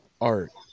art